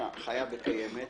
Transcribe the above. קודם כל,